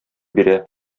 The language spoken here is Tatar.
бирә